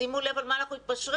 שימו לב על מה אנחנו מתפשרים,